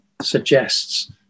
suggests